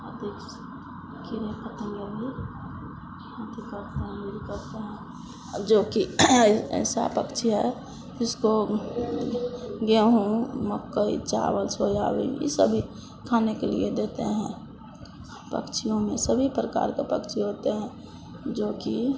अधिक से कीड़ें पतिंगे भी अथि करते हैं ये भी करते हैं जोकि ये ऐसा पक्षी है जिसको गेहूँ मकई चावल सोयाबीन ये सभी खाने के लिए देते हैं पक्षियों में सभी प्रकार का पक्षी होते हैं जोकि